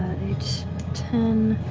it's ten.